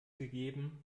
gegeben